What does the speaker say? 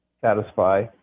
satisfy